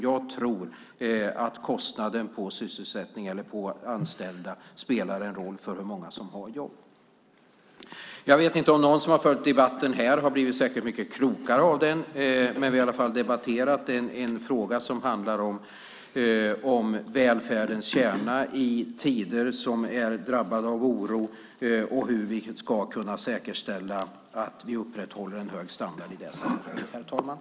Jag tror att kostnaden för anställda spelar roll för hur många som har jobb. Jag vet inte om någon av dem som följt debatten här blivit särskilt mycket klokare av den. Vi har i alla fall, herr talman, debatterat en fråga som handlar om välfärdens kärna i tider av oro och om hur vi säkerställer att en hög standard upprätthålls i sammanhanget.